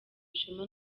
ishema